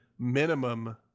minimum